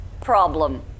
problem